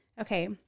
Okay